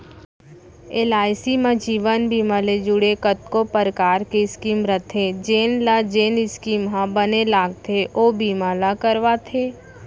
LIC म जीवन बीमा ले जुड़े कतको परकार के स्कीम रथे जेन ल जेन स्कीम ह बने लागथे ओ बीमा ल करवाथे